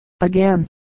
Again